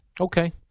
Okay